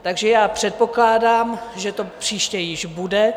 Takže já předpokládám, že to příště již bude.